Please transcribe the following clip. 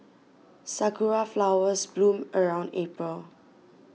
sakura flowers bloom around April